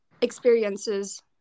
experiences